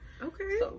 Okay